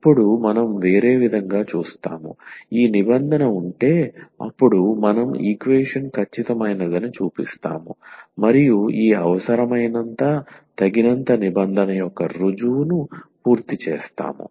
ఇప్పుడు మనం వేరే విధంగా చూస్తాము ఈ నిబంధన ఉంటే అప్పుడు మనం ఈక్వేషన్ ఖచ్చితమైనదని చూపిస్తాము మరియు ఈ అవసరమైన తగినంత నిబంధన యొక్క రుజువును పూర్తి చేస్తాము